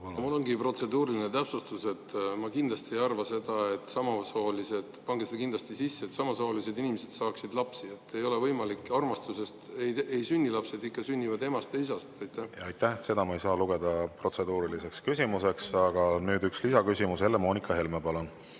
Mul ongi protseduuriline täpsustus. Ma kindlasti ei arva seda, et samasoolised – pange see kindlasti sisse – paarid, need inimesed saavad lapsi. See ei ole võimalik. Armastusest ei sünni lapsed, ikka sünnivad emast ja isast. Aitäh! Seda ma ei saa lugeda protseduuriliseks küsimuseks. Aga nüüd üks lisaküsimus, Helle‑Moonika Helme, palun!